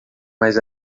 mas